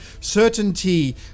certainty